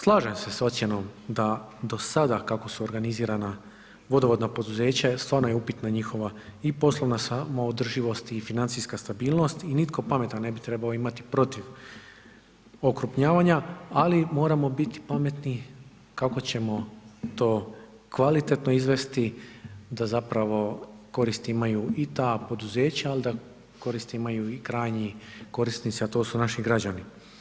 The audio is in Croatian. Slažem se s ocjenom da do sada kako su organizirana vodovodna poduzeća stvarno je upitna njihova i poslovna samo održivost i financijska stabilnosti i nitko pametan ne bi trebao imati protiv okrupnjavanja, ali moramo biti pametni kako ćemo to kvalitetno izvesti da zapravo koristi imaju i ta poduzeća, ali da koristi imaju i krajnji korisnici, a to su naši građani.